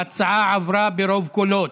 ההצעה עברה ברוב קולות.